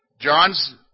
John's